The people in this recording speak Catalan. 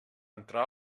entrar